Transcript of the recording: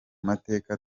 mateka